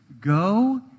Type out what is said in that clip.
Go